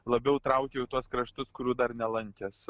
labiau traukiau į tuos kraštus kurių dar nelankęs